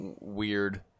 weird